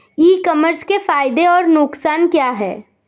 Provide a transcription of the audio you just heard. ई commerce के फायदे और नुकसान क्या हैं?